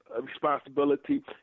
responsibility